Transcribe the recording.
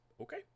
Okay